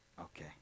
Okay